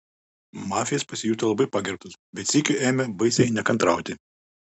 mafijas pasijuto labai pagerbtas bet sykiu ėmė baisiai nekantrauti